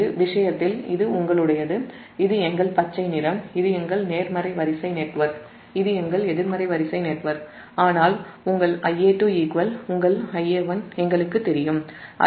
இந்த விஷயத்தில் இது உங்களுடையது இது உங்கள் பச்சை நிறம் இது உங்கள் நேர்மறை வரிசை நெட்வொர்க் இது உங்கள் எதிர்மறை வரிசை நெட்வொர்க் ஆனால் உங்கள் Ia2 உங்கள் Ia1 என்று உங்களுக்குத் தெரியும்